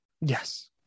Yes